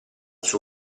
suo